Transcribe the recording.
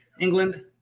England